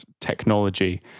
technology